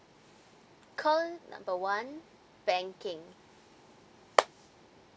call number one banking